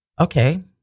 Okay